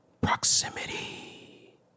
proximity